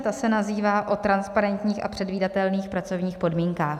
Ta se nazývá o transparentních a předvídatelných pracovních podmínkách.